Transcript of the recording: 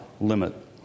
limit